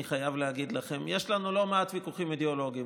אני חייב להגיד לכם: יש לנו לא מעט ויכוחים אידיאולוגיים,